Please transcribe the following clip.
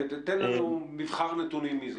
תן לנו מבחר נתונים.